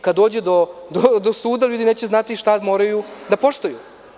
Kada dođe do suda, ljudi neće znati šta moraju da poštuju.